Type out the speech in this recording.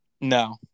No